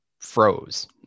froze